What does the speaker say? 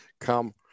come